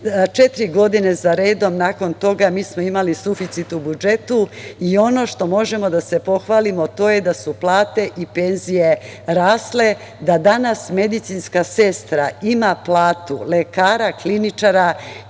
Četiri godine za redom nakon toga mi smo imali suficit u budžetu. I ono što možemo da se pohvalimo, to je da su plate i penzije rasle. Danas medicinska sestra ima platu lekara kliničara